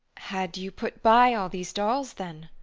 had you put by all these dolls, then?